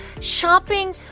Shopping